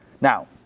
Now